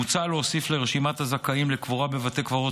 מוצע להוסיף לרשימת הזכאים לקבורה בבתי קברות